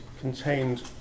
contained